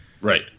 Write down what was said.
Right